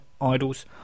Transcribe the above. Idols